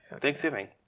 Thanksgiving